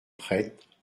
prêtres